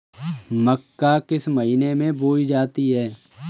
मक्का किस महीने में बोई जाती है?